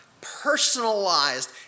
personalized